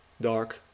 dark